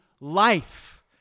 life